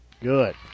Good